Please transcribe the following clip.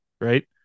right